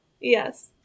yes